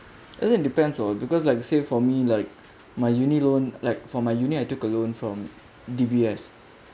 as in depends on because like say for me like my uni loan like for my uni I took a loan from D_B_S